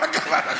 מה קרה לך?